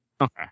okay